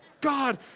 God